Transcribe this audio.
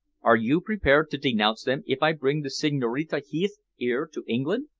are you prepared to denounce them if i bring the signorina heath here, to england?